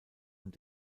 und